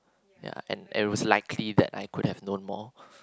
ya and and it was likely that I could have known more